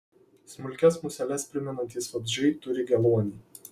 smulkias museles primenantys vabzdžiai turi geluonį